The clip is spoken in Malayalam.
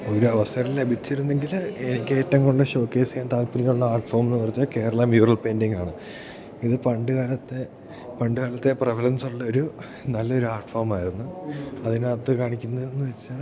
ഒരവസരം ലഭിച്ചിരുന്നെങ്കിൽ എനിക്കേറ്റവും കൂടുതല് ഷോക്കേസ് ചെയ്യാൻ താൽപ്പര്യമുള്ള ആർട്ട് ഫോം എന്നു പറഞ്ഞാൽ കേരള മ്യൂറൽ പെയിൻ്റിംഗാണ് ഇത് പണ്ടു കാലത്തെ പണ്ടു കാലത്തെ പ്രവലൻസ് ഉള്ളൊരു നല്ലൊരാട്ട് ഫോമായിരുന്നു അതിനകത്ത് കാണിക്കുന്നതെന്നു വെച്ചാൽ